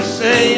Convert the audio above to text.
say